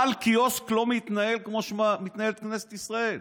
בעל קיוסק לא מתנהל כמו שמתנהלת כנסת ישראל.